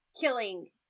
killing